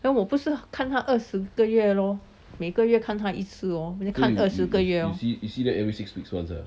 then 我不是看他二十个月咯每个月看他一次哦 then 看二十个月 orh